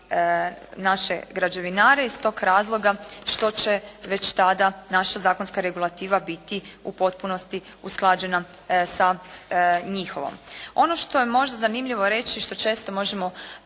naše građevinare i stog razloga što će već tada naša zakonska regulativa biti u potpunosti usklađena sa njihovom. Ono što je možda zanimljivo reći i što često možemo